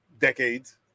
decades